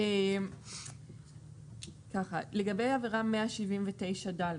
לגבי עבירה 179ד,